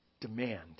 demand